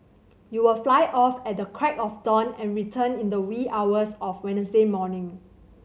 you'll fly off at the crack of dawn and return in the wee hours of Wednesday morning